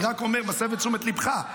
אני רק מסב את תשומת ליבך.